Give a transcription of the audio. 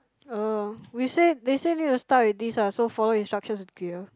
oh we say they say need to start with ah so follow instructions dear